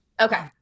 Okay